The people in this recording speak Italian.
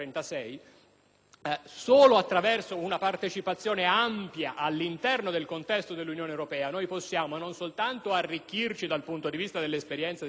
solo attraverso una partecipazione ampia all'interno del contestodell'Unione europea possiamo non soltanto arricchirci dell'esperienza degli altri Paesi,